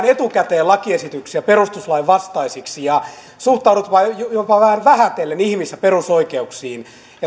etukäteen lakiesityksiä perustuslain vastaisiksi ja suhtaudutaan jopa vähän vähätellen ihmisten perusoikeuksiin